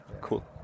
cool